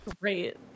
great